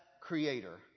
Creator